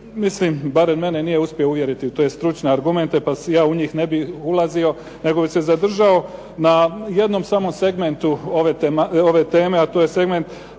mislim barem mene nije uspio uvjeriti u te stručne argumenta, pa ja u njih ne bih ulazio nego bi se zadržao na jednom samom segmentu ove teme, a to je segment